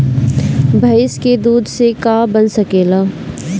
भइस के दूध से का का बन सकेला?